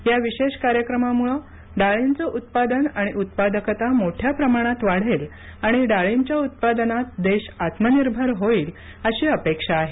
या विशेष कार्यक्रमामुळे डाळींचं उत्पादन आणि उत्पादकता मोठ्या प्रमाणात वाढेल आणि डाळीच्या उत्पादनात देश आत्मनिर्भर होईल अशि अपेक्षा आहे